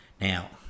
Now